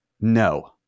No